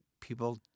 people